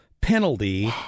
penalty